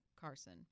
Carson